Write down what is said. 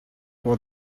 while